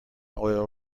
oil